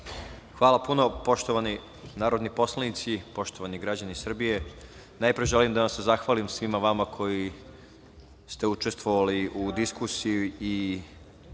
Hvala. Poštovani narodni poslanici, poštovani građani Srbije, najpre želim da vam se zahvalim svima vama koji ste učestvovali u diskusiji